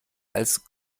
als